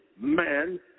man